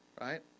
right